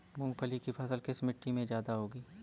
मूंगफली की फसल किस मिट्टी में ज्यादा होगी?